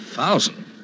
thousand